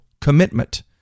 commitment